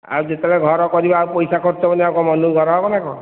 ଆଉ ଯେତେବେଳେ ଘର କରିବା ପଇସା ଖର୍ଚ୍ଚ ହେବନି କ'ଣ ମନକୁ ଘର ହେବ ନା କ'ଣ